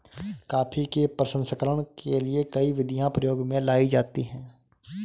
coffee के प्रसंस्करण के लिए कई विधियां प्रयोग में लाई जाती हैं